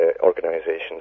organizations